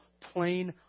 plain